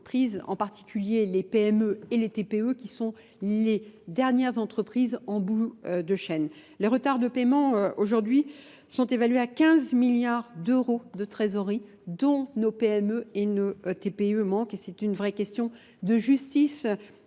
en particulier les PME et les TPE qui sont les dernières entreprises en bout de chaîne. Les retards de paiement aujourd'hui sont évalués à 15 milliards d'euros de trésorerie dont nos PME et nos TPE manquent et c'est une vraie question de justice